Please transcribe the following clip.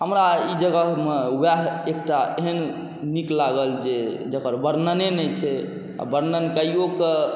हमरा ई जगहमे वएह एकटा एहन नीक लागल जे जकर वर्णने नहि छै आओर वर्णन कैओकऽ